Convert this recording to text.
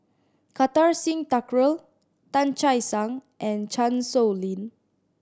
Kartar Singh Thakral Tan Che Sang and Chan Sow Lin